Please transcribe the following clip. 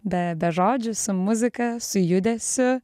be be žodžių su muzika su judesiu